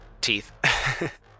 teeth